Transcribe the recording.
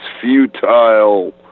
futile